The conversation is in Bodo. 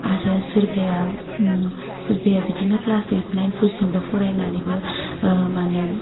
आरो सोरबाया सोरबाया बिदिनो ख्लास ओइट नाइनफोरसिमल' फरायनानैबो माने